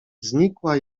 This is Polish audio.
znikła